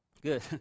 Good